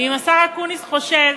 ואם השר אקוניס חושב